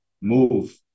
move